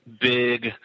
big